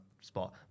spot